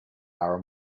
are